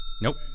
Nope